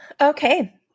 Okay